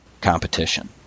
competition